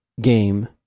game